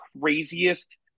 craziest